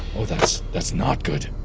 oh that's. that's not good.